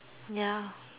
ya